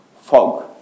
fog